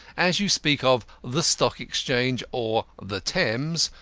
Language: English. as you speak of the stock exchange, or the thames,